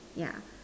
yeah